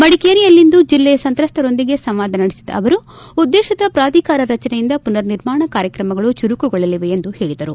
ಮಡಿಕೇರಿಯಲ್ಲಿಂದು ಜಿಲ್ಲೆಯ ಸಂತ್ರಸ್ವಕೊಂದಿಗೆ ಸಂವಾದ ನಡೆಸಿದ ಅವರು ಉದ್ದೇತಿತ ಪ್ರಾಧಿಕಾರ ರಚನೆಯಿಂದ ಪುನರ್ ನಿರ್ಮಾಣ ಕಾರ್ಯಕ್ರಮಗಳು ಚುರುಕುಗೊಳ್ಳಲಿವೆ ಎಂದು ಹೇಳಿದರು